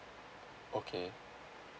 okay